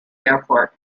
airport